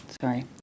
sorry